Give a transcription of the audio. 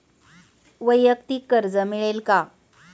वैयक्तिक कर्ज मिळेल का?